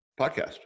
podcast